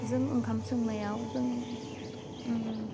जों ओंखाम संनायाव जों